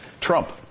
Trump